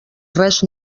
res